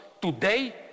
today